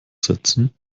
setzen